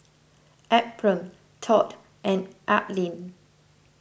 Ephriam Todd and Aleen